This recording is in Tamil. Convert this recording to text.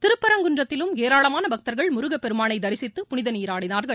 திருப்பரங்குன்றத்திலும் ஏராளமான பக்தங்கள் முருகப்பெருமானை தரிசித்து புனித நீராடினார்கள்